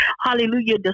Hallelujah